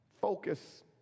Focus